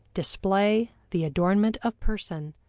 display, the adornment of person,